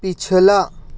پچھلا